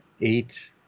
eight